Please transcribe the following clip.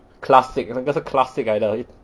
classic 那个是 classic 来的